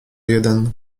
jeden